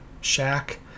shack